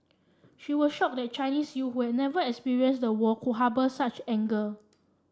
she was shocked that Chinese youth who had never experienced the war could harbour such anger